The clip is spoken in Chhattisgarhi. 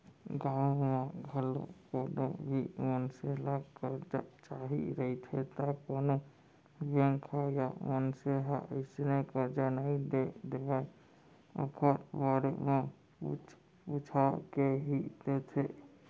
गाँव म घलौ कोनो भी मनसे ल करजा चाही रहिथे त कोनो बेंक ह या मनसे ह अइसने करजा नइ दे देवय ओखर बारे म पूछ पूछा के ही देथे